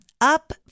up